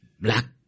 Black